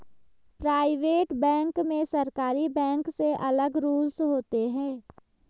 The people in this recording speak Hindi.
प्राइवेट बैंक में सरकारी बैंक से अलग रूल्स होते है